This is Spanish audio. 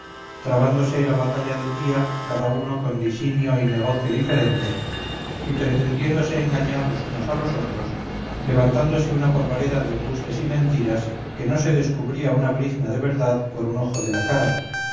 trabándose la batalla del día cada uno con disinio y negocio diferente y pretendiéndose engañar los unos a los otros levantándose una polvareda de embustes y mentiras que no se descubría una brizna de verdad por un ojo de la cara